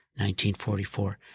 1944